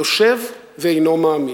יושב ואינו מאמין.